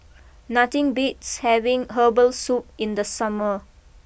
nothing beats having Herbal Soup in the summer